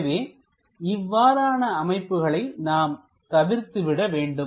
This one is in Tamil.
எனவே இவ்வாறான அமைப்புகளை நாம் தவிர்த்துவிட வேண்டும்